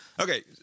Okay